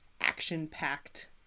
action-packed